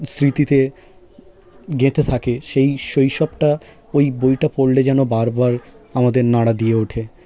স্মৃতিতে গেঁথে থাকে সেই শৈশবটা ওই বই পড়লে যেন বার বার আমাদের নাড়া দিয়ে ওঠে